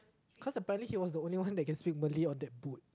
cause apparently he was the only one that can speak Malay on that boat